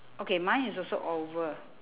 okay mine is also oval